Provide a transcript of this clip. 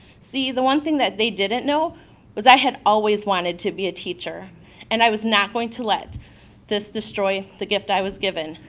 see, the one thing that they didn't know was i had always wanted to be a teacher and i was not going to let this destroy the gift that i was given.